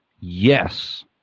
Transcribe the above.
Yes